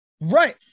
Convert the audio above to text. Right